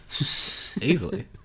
Easily